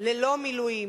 ללא מילואים.